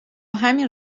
همین